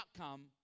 outcome